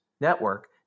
network